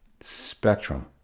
spectrum